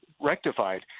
rectified